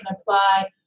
apply